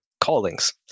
callings